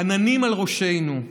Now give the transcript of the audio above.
עננים על ראשינו,